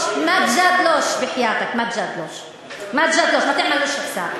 אל תתווכח אתו, אל תתווכח אתו.